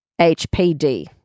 HPD